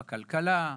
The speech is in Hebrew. לכלכלה,